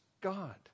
God